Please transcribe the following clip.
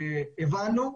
הבנו,